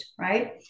right